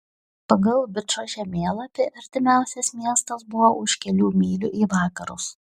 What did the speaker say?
pagal bičo žemėlapį artimiausias miestas buvo už kelių mylių į vakarus